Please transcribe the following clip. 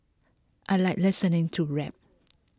I like listening to rap